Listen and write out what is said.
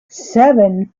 seven